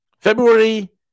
february